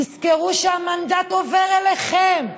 תזכרו שהמנדט עובר אליכם,